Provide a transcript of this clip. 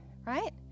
right